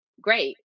great